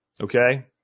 okay